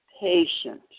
patient